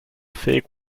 fake